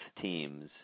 teams